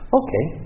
okay